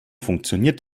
funktioniert